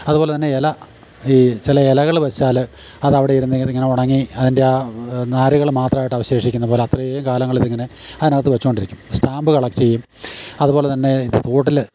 അതുപോലെത്തന്നെ ഇല ഈ ചില ഇലകൾ വെച്ചാൽ അത് അവിടെ ഇരുന്ന് അത് ഇങ്ങനെ ഉണങ്ങി അതിൻ്റെ ആ നാരുകൾ മാത്രമായിട്ട് അവശേഷിക്കുന്ന പോലെ അത്രയും കാലങ്ങൾ ഇതിങ്ങനെ അതിനകത്ത് വെച്ചുകൊണ്ടിരിക്കും സ്റ്റാമ്പ് കളക്ട് ചെയ്യും അതുപോലെത്തന്നെ ഇത് തോട്ടിൽ